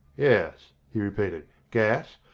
yes, he repeated, gas,